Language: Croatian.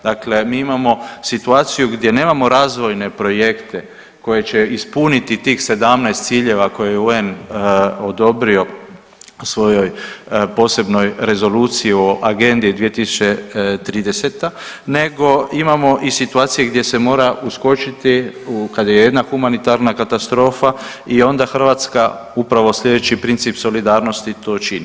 Dakle, mi imamo situaciju gdje nemamo razvojne projekte koje će ispuniti tih 17 ciljeva koje je UN odobrio svojoj posebnoj rezoluciji o agendi 2030. nego imamo i situacije gdje se mora uskočiti kad je jedna humanitarna katastrofa i onda Hrvatska upravo slijedeći princip solidarnosti to čini.